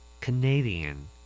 Canadian